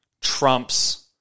trumps